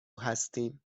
هستیم